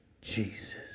Jesus